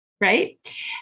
right